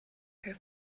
her